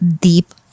deep